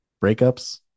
breakups